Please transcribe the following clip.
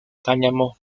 cáñamo